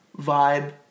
vibe